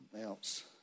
else